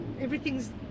everything's